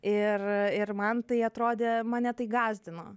ir ir man tai atrodė mane tai gąsdino